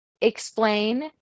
explain